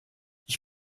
ich